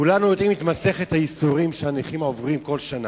כולנו יודעים את מסכת הייסורים שהנכים עוברים כל שנה.